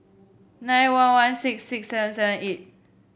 nine one one six six seven seven eight